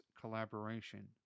collaboration